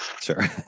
sure